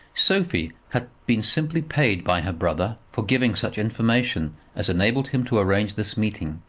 sophie had been simply paid by her brother for giving such information as enabled him to arrange this meeting.